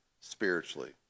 spiritually